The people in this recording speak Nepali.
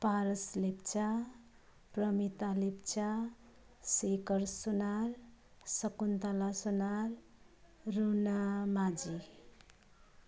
पारस लेप्चा प्रमिता लेप्चा शेखर सुनार शकुन्तला सुनार रुना माझी